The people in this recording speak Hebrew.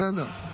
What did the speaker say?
בסדר.